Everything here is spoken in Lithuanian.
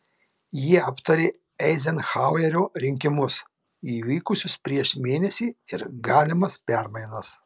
jie aptarė eizenhauerio rinkimus įvykusius prieš mėnesį ir galimas permainas